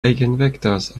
eigenvectors